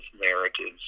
narratives